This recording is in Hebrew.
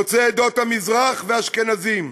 יוצאי עדות המזרח ואשכנזים.